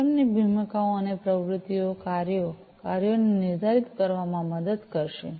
system ની ભૂમિકાઓ અને પ્રવૃત્તિઓ કાર્ય કાર્યોને નિર્ધારિત કરવામાં મદદ કરશે